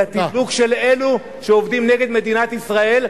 את התדלוק של אלה שעובדים נגד מדינת ישראל,